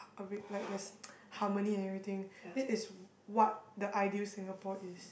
a bit like there's harmony and everything this is what the ideal Singapore is